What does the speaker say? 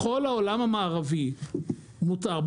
בכל העולם המערבי מותר.